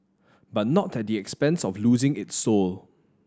but not at the expense of losing its soul